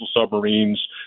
submarines